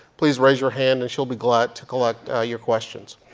please raise your hand, and she'll be glad to collect your questions.